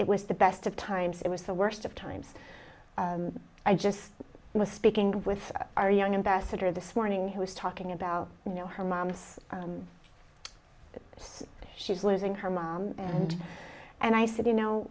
it was the best of times it was the worst of times i just was speaking with our young investor this morning who was talking about you know her mom's so she's losing her mind and i said you know